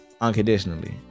unconditionally